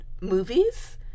movies